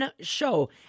show